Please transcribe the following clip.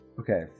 Okay